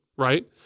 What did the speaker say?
right